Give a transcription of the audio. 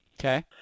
Okay